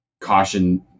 caution